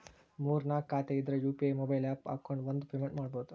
ಮೂರ್ ನಾಕ್ ಖಾತೆ ಇದ್ರ ಯು.ಪಿ.ಐ ಮೊಬೈಲ್ ಆಪ್ ಹಾಕೊಂಡ್ ಒಂದ ಪೇಮೆಂಟ್ ಮಾಡುದು